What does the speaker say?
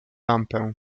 lampę